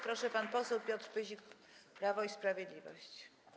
Proszę, pan poseł Piotr Pyzik, Prawo i Sprawiedliwość.